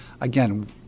again